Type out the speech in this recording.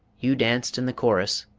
you danced in the chorus,